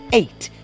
eight